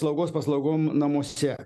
slaugos paslaugom namuose